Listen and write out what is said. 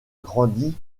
grandit